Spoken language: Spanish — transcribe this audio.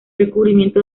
recubrimiento